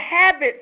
habits